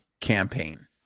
campaign